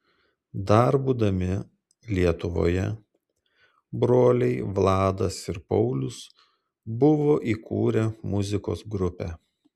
dar būdami lietuvoje broliai vladas ir paulius buvo įkūrę muzikos grupę